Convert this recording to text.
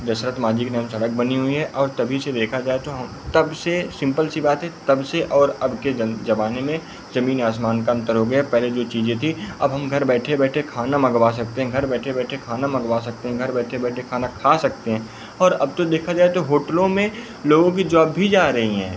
दशरथ माझी के नाम सड़क बनी हुई हैं और तभी से देखा जाए तो हम तब से सिम्पल सी बात है तब से और अब के जन ज़माने में ज़मीन आसमान का अन्तर हो गया पहले जो चीज़ें थी अब हम घर बैठे बैठे खाना मँगवा सकते हैं घर बैठे बैठे खाना मँगवा सकते हैं घर बैठे बैठे खाना खा सकते हैं और अब तो देखा जाए तो होटलों में लोगों की जॉब भी जा रही हैं